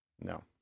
no